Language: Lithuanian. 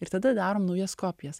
ir tada darom naujas kopijas